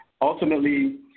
Ultimately